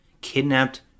kidnapped